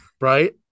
right